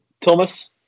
thomas